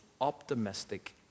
optimistic